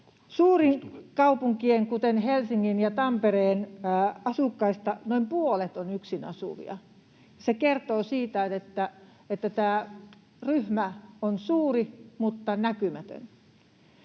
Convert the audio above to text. Suurien kaupunkien kuten Helsingin ja Tampereen asukkaista noin puolet on yksin asuvia. Se kertoo siitä, että tämä ryhmä on suuri, mutta näkymätön.